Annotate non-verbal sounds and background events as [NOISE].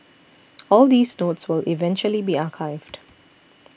[NOISE] all these notes will eventually be archived